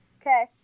Okay